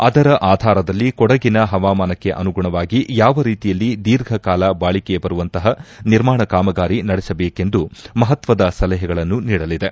ಅದರ ಆಧಾರದಲ್ಲಿ ಕೊಡಗಿನ ಹವಾಮಾನಕ್ಕೆ ಅನುಗುಣವಾಗಿ ಯಾವ ರೀತಿಯಲ್ಲಿ ದೀರ್ಘ ಕಾಲಬಾಳಿಕೆ ಬರುವಂತಹ ನಿರ್ಮಾಣ ಕಾಮಗಾರಿ ನಡೆಸಬೇಕೆಂದು ಮಹತ್ವದ ಸಲಹೆಗಳನ್ನು ನೀಡಲಿದೆ